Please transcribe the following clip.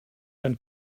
dann